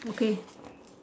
okay